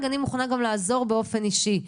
אני מוכנה גם לעזור באופן אישי.